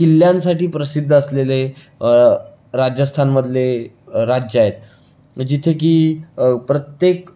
किल्ल्यांसाठी प्रसिद्ध असलेले राजस्थानमधले राज्य आहेत जिथे की प्रत्येक